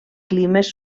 climes